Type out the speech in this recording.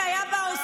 אתם נבהלתם,